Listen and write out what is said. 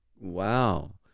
Wow